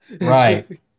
Right